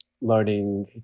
learning